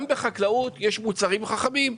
גם בחקלאות יש מוצרים חכמים.